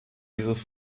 dieses